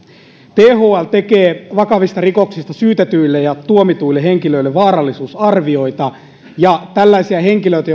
thl tekee vakavista rikoksista syytetyille ja tuomituille henkilöille vaarallisuusarvioita ja tällaisia henkilöitä